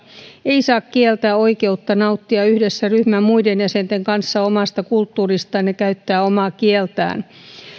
ei saa kieltää oikeutta nauttia yhdessä ryhmän muiden jäsenten kanssa omasta kulttuuristaan ja käyttää omaa kieltään